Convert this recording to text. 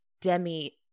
Demi